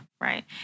Right